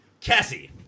Cassie